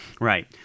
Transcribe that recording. right